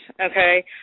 okay